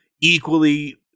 equally